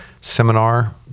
seminar